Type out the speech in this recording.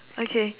okay